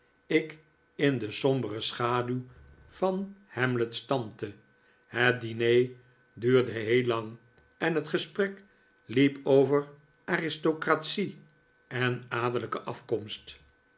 ik in de sombere schaduw van hamlet's tante het diner duurde heel lang en het gesprek liep over aristocratie en adellijke afkomst